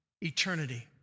eternity